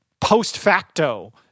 post-facto